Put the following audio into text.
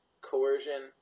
coercion